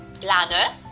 planner